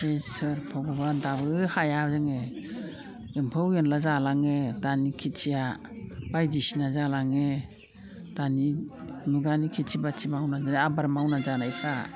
इसोर भगबान दाबो हाया जोङो एम्फौ एन्ला जालाङो दानि खेथिया बायदिसिना जालाङो दानि मुगानि खेथि बाथि मावनानै आबाद मावनानै जानायफ्रा